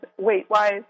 weight-wise